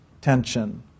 tension